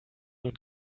und